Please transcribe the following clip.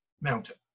mountain